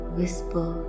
whisper